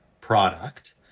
product